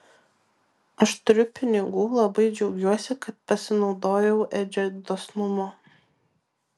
aš turiu pinigų labai džiaugiuosi kad pasinaudojau edžio dosnumu